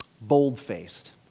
bold-faced